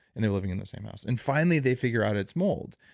and they're living in the same house. and finally they figure out it's mold.